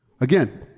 Again